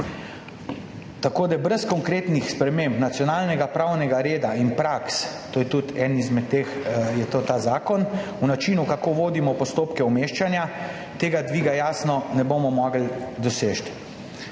45 %. Brez konkretnih sprememb nacionalnega pravnega reda in praks, eden izmed teh je tudi ta zakon o načinu, kako vodimo postopke umeščanja, tega dviga, jasno, ne bomo mogli doseči in